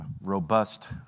robust